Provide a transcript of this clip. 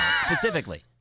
specifically